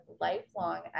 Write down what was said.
lifelong